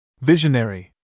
Visionary